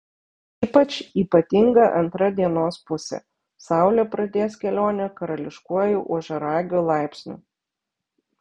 ypač ypatinga antra dienos pusė saulė pradės kelionę karališkuoju ožiaragio laipsniu